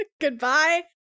goodbye